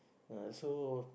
ah so